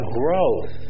growth